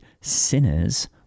sinners